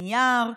נייר,